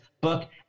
book